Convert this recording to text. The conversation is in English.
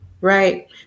Right